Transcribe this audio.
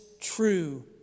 true